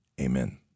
Amen